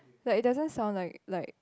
like it doesn't sound like like